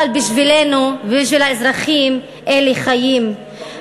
אבל בשבילנו ובשביל האזרחים אלה חיים,